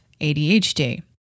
ADHD